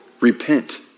repent